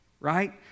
right